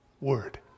Word